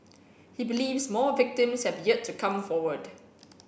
he believes more victims have yet to come forward